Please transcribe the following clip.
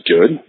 good